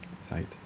site